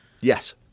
Yes